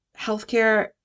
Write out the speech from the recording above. healthcare